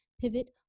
Pivot